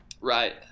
Right